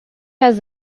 has